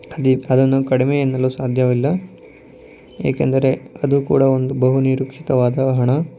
ಅದೇ ಅದನ್ನು ಕಡಿಮೆ ಎನ್ನಲು ಸಾಧ್ಯವಿಲ್ಲ ಏಕೆಂದರೆ ಅದು ಕೂಡ ಒಂದು ಬಹು ನಿರೀಕ್ಷಿತವಾದ ಹಣ